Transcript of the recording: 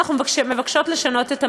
אנחנו מבקשות לשנות את המהלך.